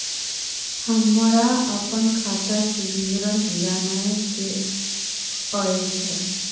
हमरा अपन खाता के विवरण जानय के अएछ?